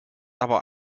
aber